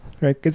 Right